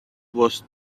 was